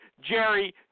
Jerry